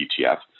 ETF